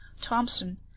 Thompson